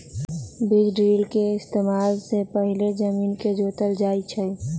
बीज ड्रिल के इस्तेमाल से पहिले जमीन के जोतल जाई छई